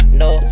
no